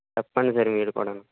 చెప్పండి సార్ మీరు కూడాను